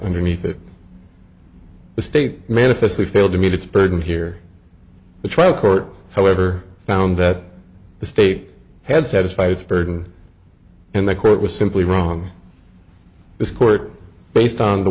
underneath the state manifestly failed to meet its burden here the trial court however found that the state had satisfied its burden and the court was simply wrong this court based on the